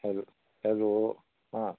hello hello हां